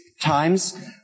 times